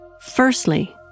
Firstly